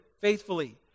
faithfully